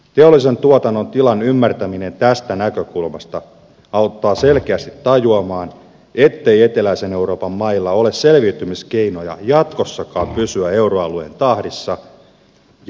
teollisen tuotannon tilan ymmärtäminen tästä näkökulmasta auttaa selkeästi tajuamaan ettei eteläisen euroopan mailla ole selviytymiskeinoja jatkossakaan pysyä euroalueen tahdissa ja vaatimuksissa